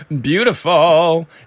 Beautiful